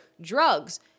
drugs